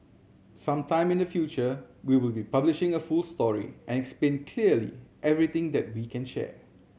some time in the future we will be publishing a full story and explain clearly everything that we can share